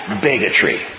Bigotry